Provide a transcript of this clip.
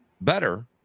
better